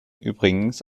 übrigens